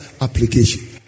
application